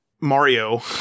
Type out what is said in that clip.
Mario